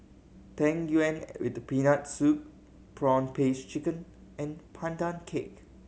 Tang Yuen with Peanut Soup prawn paste chicken and Pandan Cake